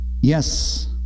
Yes